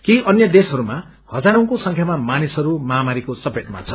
केही अन्य देशहरूमा हजारैंको संख्यामा मानिसहरू महामारीको चपेटमा छन्